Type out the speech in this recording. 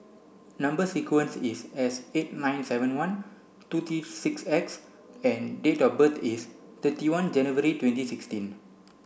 number sequence is S eight nine seven one two three six X and date of birth is thirty one January twenty sixteen